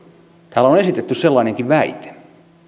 täällä on on esitetty sellainenkin väite